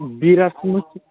बिराजनिखौ